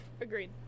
Agreed